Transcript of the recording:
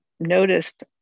noticed